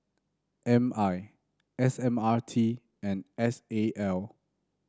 M I S M R T and S A L